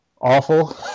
awful